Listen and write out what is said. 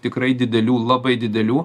tikrai didelių labai didelių